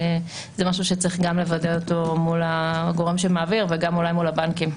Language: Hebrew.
זה משהו שצריך גם לוודא אותו מול הגורם שמעביר וגם אולי מול הבנקים,